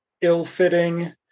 ill-fitting